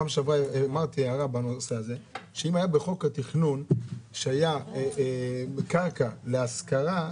פעם שעברה אמרתי בנושא הזה שאם היה בחוק התכנון שהיה בקרקע להשכרה,